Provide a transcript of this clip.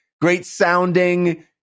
great-sounding